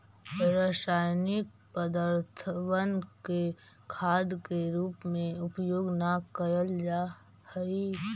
रासायनिक पदर्थबन के खाद के रूप में उपयोग न कयल जा हई